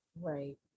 Right